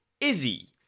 Izzy